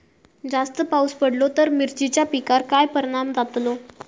जास्त पाऊस पडलो तर मिरचीच्या पिकार काय परणाम जतालो?